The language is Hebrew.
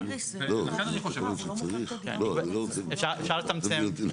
אפשר לצמצם.